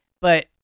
But-